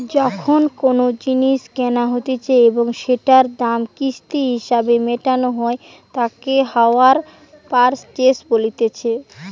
যখন কোনো জিনিস কেনা হতিছে এবং সেটোর দাম কিস্তি হিসেবে মেটানো হই তাকে হাইয়ার পারচেস বলতিছে